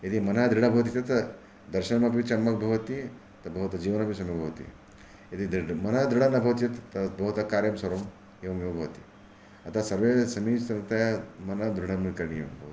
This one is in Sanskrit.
यदि मनः दृढः भवति चेत् दर्शनमपि सम्यक् भवति तद् भवतः जीवनमपि सम्यक् भवति यदि दृढः मनः दृढं न भवति चेत् भवतः कार्यं सर्वम् एवमेव भवति अतः सर्वे समीचीनतया मनः दृढं करणीयं भवति